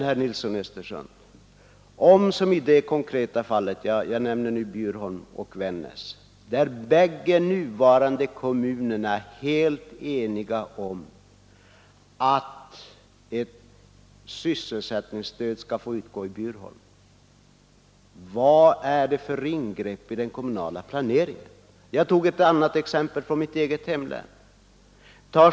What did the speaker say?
Därför, herr Nilsson i Östersund: De båda nuvarande kommunerna är helt eniga om att ett sysselsättningsstöd skall få utgå till Bjurholm. Vad är det då för ingrepp i den kommunala planeringen? Jag tog i mitt anförande ett exempel från mitt eget hemlän.